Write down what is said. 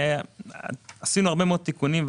עשינו הרבה מאוד תיקונים,